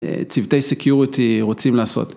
צוותי Security רוצים לעשות.